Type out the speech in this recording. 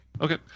Okay